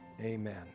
Amen